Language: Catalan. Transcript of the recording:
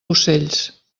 ocells